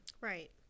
right